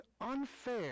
unfair